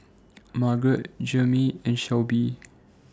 Margot Jeramie and Shelbie